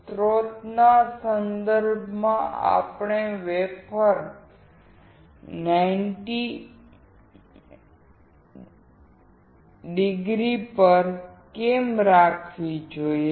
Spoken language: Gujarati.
સ્રોતના સંદર્ભમાં આપણે વેફર 90o પર કેમ રાખવી જોઈએ